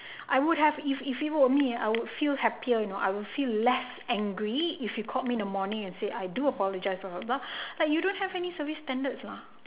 I would have if if he were me I would feel happier you know I will feel less angry if he called me in the morning and said I do apologize blah blah blah like you don't have any service standards lah